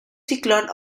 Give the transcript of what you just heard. ciclón